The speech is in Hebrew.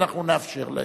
אנחנו נאפשר להם,